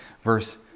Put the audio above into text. Verse